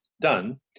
done